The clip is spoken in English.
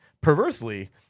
Perversely